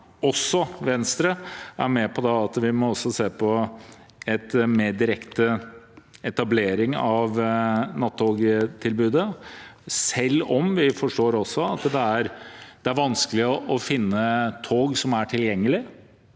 Venstre – er med på at vi også må se på en mer direkte etablering av nattogtilbudet, selv om vi forstår at det er vanskelig å finne tilgjengelige